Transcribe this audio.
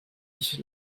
ich